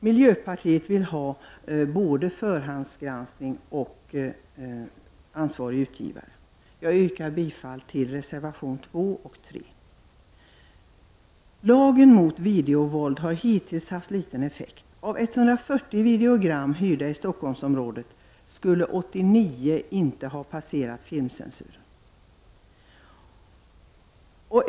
Miljöpartiet vill ha både förhandsgranskning och en ansvarig utgivare för filmer. Jag yrkar bifall till reservationerna 2 och 3. Lagen mot videovåld har hittills haft liten effekt. Av 140 videogram hyrda i Stockholmsområdet skulle 89 inte ha passerat filmcensuren.